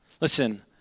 listen